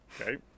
Okay